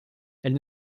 elles